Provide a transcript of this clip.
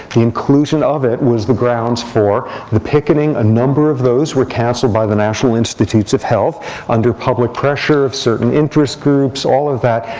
the inclusion of it, was the grounds for the picketing. a number of those were canceled by the national institutes of health under public pressure of certain interest groups, groups, all of that.